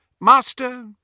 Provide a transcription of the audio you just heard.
master